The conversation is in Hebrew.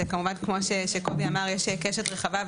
זה כמובן כמו שקובי אמר, יש קשת רחבה.